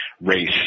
race